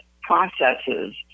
processes